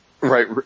right